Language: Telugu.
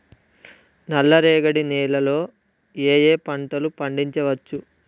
నల్లరేగడి నేల లో ఏ ఏ పంట లు పండించచ్చు?